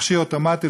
מכשיר אוטומטי,